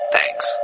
Thanks